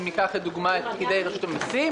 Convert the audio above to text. אם ניקח לדוגמה את פקידי רשות המיסים,